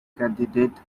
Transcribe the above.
candidate